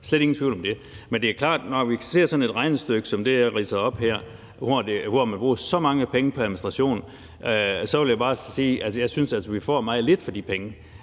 slet ingen tvivl om det. Men det er klart, at når vi ser sådan et regnestykke som det, jeg ridser op her, hvor man bruger så mange penge på administration, så vil jeg bare sige, at jeg altså synes, at vi får meget lidt for de penge.